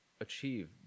achieve